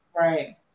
Right